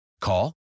Call